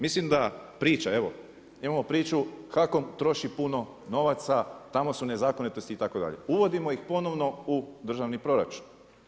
Mislim da priča evo imamo priču HAKOM stoji puno novaca, tamo su nezakonitosti itd. uvodimo ih ponovno u državni proračun.